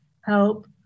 help